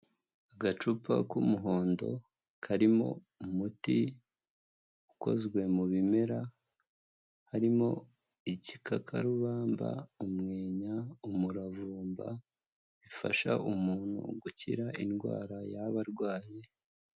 Agacupa k'umuhondo karimo umuti ukozwe mu bimera, harimo igikakarubamba umwenya umuravurumba, bifasha umuntu gukira indwara yaba abarwaye.